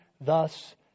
thus